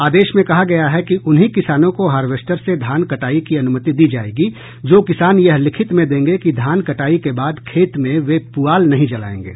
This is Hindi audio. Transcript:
आदेश में कहा गया है कि उन्हीं किसानों को हार्वेस्टर से धान कटाई की अनुमति दी जायेगी जो किसान यह लिखित में देंगे कि धान कटाई के बाद खेत में वे पुआल नहीं जलायेंगे